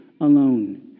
alone